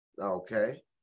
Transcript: Okay